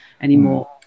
anymore